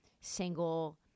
single